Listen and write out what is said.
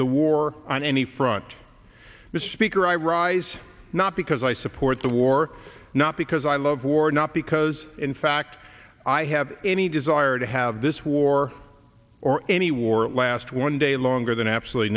the war on any front mr speaker i rise not because i support the war not because i love war not because in fact i have any desire to have this war or any war at last one day longer than absolutely